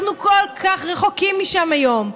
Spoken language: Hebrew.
אנחנו כל כך רחוקים משם היום.